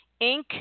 Inc